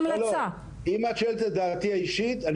אם את שואלת על דעתי האישית,